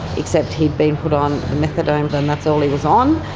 except he'd been put on methadone then that's all he was on.